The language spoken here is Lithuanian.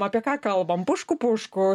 apie ką kalbam pušku pušku